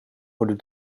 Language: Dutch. worden